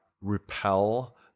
repel